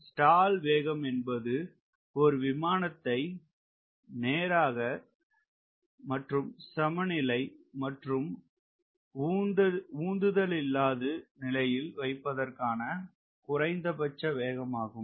stall வேகம் என்பது ஒரு விமானத்தை நேர் சமநிலை மற்றும் உந்துதலில்லாது நிலையில் வைப்பதற்கான குறைந்தபட்ச வேகம் ஆகும்